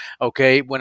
okay